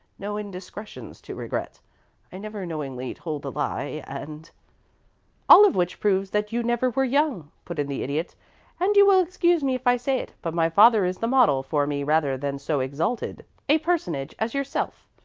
no indiscretions to regret i never knowingly told a lie, and all of which proves that you never were young, put in the idiot and you will excuse me if i say it, but my father is the model for me rather than so exalted a personage as yourself.